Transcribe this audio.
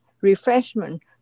refreshment